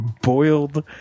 boiled